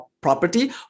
property